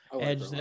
Edge